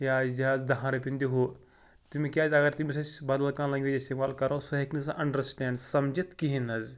یا اَسہِ دِ حظ دَہن رۄپیَن دِ ہُہ تِمہٕ کیٛازِ اگر تٔمِس أسۍ بدل کانٛہہ لنٛگویج اِستعمال کرو سُہ ہیٚکہِ نہٕ سُہ اَنڈَرسٕٹینٛڈ سَمجِتھ کِہیٖنۍ نہٕ حظ